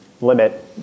limit